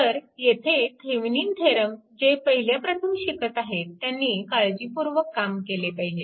तर येथे Thevenin theorem जे पहिल्याप्रथम शिकत आहेत त्यांनी काळजीपूर्वक काम केले पाहिजे